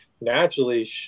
naturally